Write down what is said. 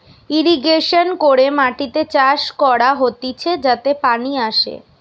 irrigation করে মাটিতে চাষ করা হতিছে যাতে পানি আসে